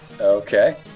Okay